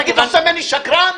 אתה עושה ממני שקרן?